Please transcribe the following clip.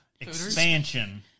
expansion